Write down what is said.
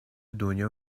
دنیا